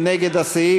מי נגד הסעיף?